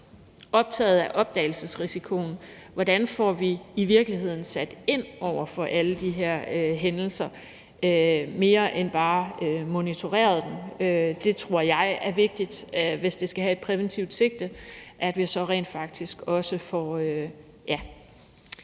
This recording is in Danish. optaget af opdagelsesrisikoen: Hvordan får vi i virkeligheden sat ind over for alle de her hændelser ud over ved bare at monitorere dem? Jeg tror, det er vigtigt, hvis det skal have et præventivt sigte, at vi så rent faktisk også får